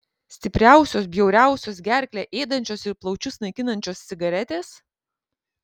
stipriausios bjauriausios gerklę ėdančios ir plaučius naikinančios cigaretės